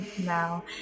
now